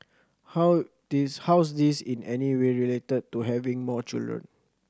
how this how's this in any way related to having more children